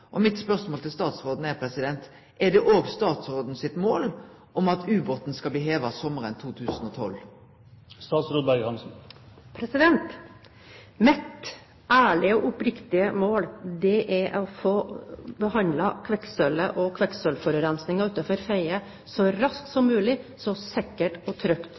Og mitt spørsmål til statsråden er: Er det òg statsråden sitt mål at ubåten skal bli heva sommaren 2012? Mitt ærlige og oppriktige mål er å få behandlet kvikksølvet og kvikksølvforurensningen utenfor Fedje så raskt som mulig, så sikkert og trygt